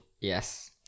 Yes